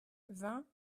vingt